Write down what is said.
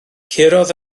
curodd